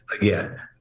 again